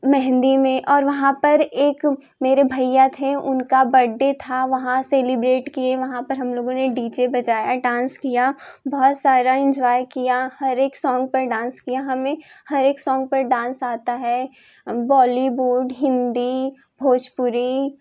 मेहंदी में और वहाँ पर एक मेरे भैया थे उनका बड्डे था वहाँ सेलिब्रेट किए वहाँ पर हम लोगों ने डी जे बजाया डांस किया बहुत सारा इंजॉय किया हर एक सोंग पर डांस किया हमें हर एक सोंग पर डांस आता है बॉलीवुड हिंदी भोजपुरी